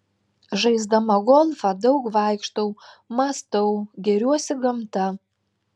žaisdama golfą daug vaikštau mąstau gėriuosi gamta